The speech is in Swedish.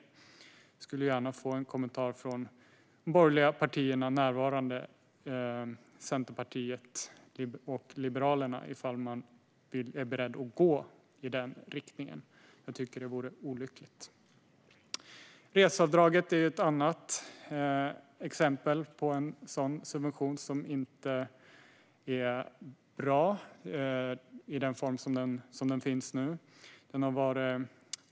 Jag skulle gärna vilja ha en kommentar från de närvarande borgerliga partierna, Centerpartiet och Liberalerna, och höra om de är beredda att gå i den riktningen. Jag tycker att det vore olyckligt. Reseavdraget är ett annat exempel på en subvention som inte är bra i sin nuvarande form.